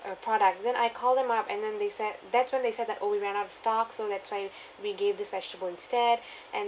uh product then I called them up and then they said that's when they said that oh we ran out of stock so that's why we gave this vegetable instead and